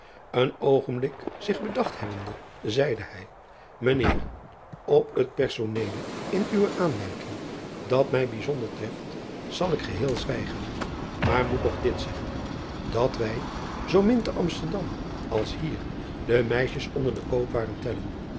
en oogenblik zich bedacht hebbende zeide hij ijn eer op het personele in uwe aanmerking dat mij bijzonder betreft zal ik geheel zwijgen maar moet toch dit zeggen dat wij zoo min te msterdam als hier de meisjes onder de koopwaren tellen